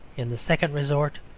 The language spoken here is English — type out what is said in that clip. in the second resort,